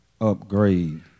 upgrade